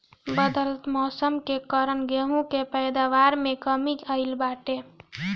बदलत मौसम के कारण गेंहू के पैदावार में कमी आइल बाटे